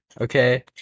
Okay